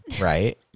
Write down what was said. Right